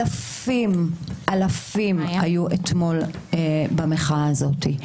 אלפים היו אתמול במחאה הזאת.